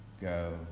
go